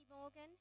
Morgan